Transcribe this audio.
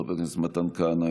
חבר הכנסת מתן כהנא,